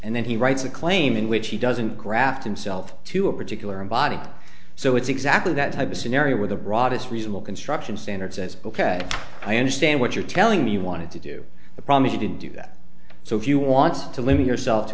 and then he writes a claim in which he doesn't graft himself to a particular and body so it's exactly that type of scenario where the broadest reasonable construction standard says ok i understand what you're telling me you wanted to do the problem is you didn't do that so if you want to limit yourself to